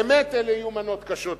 באמת אלה יהיו מנות קשות לעיכול.